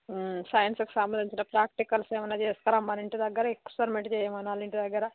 సైన్స్కి సంబంధించిన ప్రాక్టికల్స్ ఏమైనా చేసుకురమ్మని ఇంటి దగ్గర ఎక్స్పరమెంట్ ఇంటి దగ్గర